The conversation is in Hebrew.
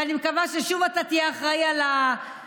ואני מקווה ששוב אתה תהיה אחראי לדירקטורים,